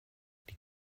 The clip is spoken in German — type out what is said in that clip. die